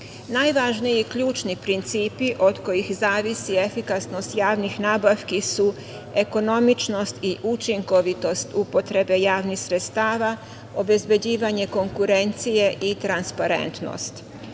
obveznika. Najvažniji ključni principi od kojih zavisi efikasnost javnih nabavki su ekonomičnost i učinkovitost upotrebe javnih sredstava, obezbeđivanje konkurencije i transparentnost.U